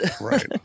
Right